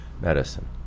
medicine